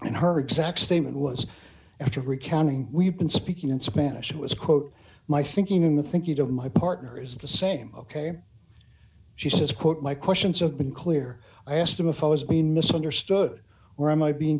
and her exact statement was after recounting we've been speaking in spanish it was quote my thinking in the think you know my partner is the same ok she says quote my questions have been clear i asked him if i was being misunderstood or am i being